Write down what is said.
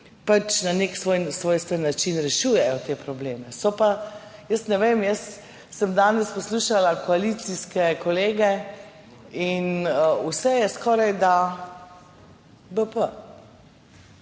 pač na nek svojstven način rešujejo te probleme. Ne vem, jaz sem danes poslušala koalicijske kolege in vse je skorajda b.